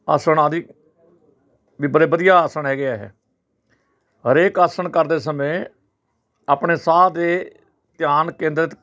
ਆਸਣ ਆਦਿ ਵੀ ਬੜੇ ਵਧੀਆ ਆਸਣ ਹੈਗੇ ਆ ਇਹ ਹਰੇਕ ਆਸਣ ਕਰਦੇ ਸਮੇਂ ਆਪਣੇ ਸਾਹ ਦੇ ਧਿਆਨ ਕੇਂਦਰਿਤ